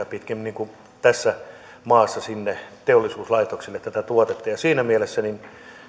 pitkin tässä maassa sinne teollisuuslaitoksille tätä tuotetta ja siinä mielessä